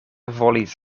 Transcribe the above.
volis